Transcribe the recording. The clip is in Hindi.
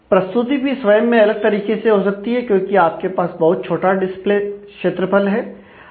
प्रस्तुति भी स्वयं में अलग तरीके से हो सकती है क्योंकि आपके पास बहुत छोटा डिस्प्ले क्षेत्रफल है